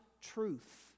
truth